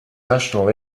national